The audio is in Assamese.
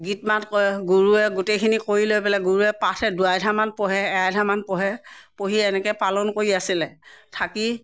গীত মাত কৰে গুৰুৱে গোটেইখিনি কৰি লৈ পেলাই গুৰুৱে পাঠ দুই আধ্যায়মান পঢ়ে এক আধ্যায়মান পঢ়ে পঢ়ি এনেকৈ পালন কৰি আছিলে থাকি